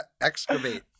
excavate